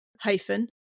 hyphen